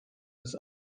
des